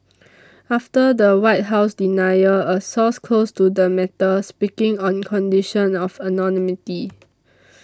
after the White House denial a source close to the matter speaking on condition of anonymity